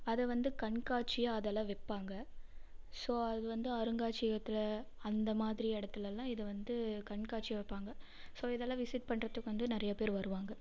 அதை வந்து கண்காட்சியாக அதெல்லாம் வைப்பாங்க ஸோ அது வந்து அருங்காட்சியகத்தில் அந்த மாதிரி இடத்துலலாம் இதை வந்து கண்காட்சியாக வைப்பாங்க ஸோ இதெல்லாம் விசிட் பண்றத்துக்கு வந்து நிறைய பேர் வருவாங்க